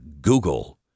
Google